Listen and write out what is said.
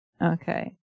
Okay